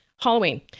Halloween